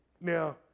Now